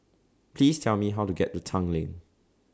Please Tell Me How to get to Tanglin